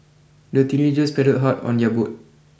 the teenagers paddled hard on their boat